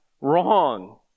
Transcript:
wrong